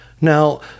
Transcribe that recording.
Now